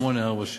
1846